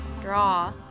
draw